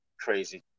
crazy